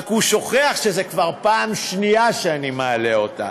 רק הוא שוכח שזו כבר פעם שנייה שאני מעלה אותה.